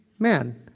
Man